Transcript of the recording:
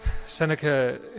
Seneca